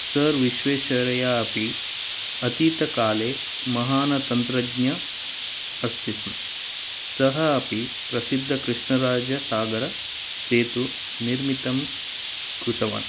sir Visvesvaraya अपि अतीतकाले महान् तन्त्रज्ञः अस्ति स्म सः अपि प्रसिद्धः कृष्णराजसागरसेतुं निर्मितं कृतवान्